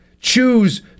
choose